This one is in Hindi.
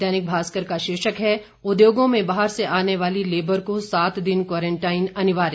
दैनिक भास्कर का शीर्षक है उद्योगों में बाहर से आने वाली लेबर को सात दिन क्वारंटाइन अनिवार्य